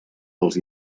dels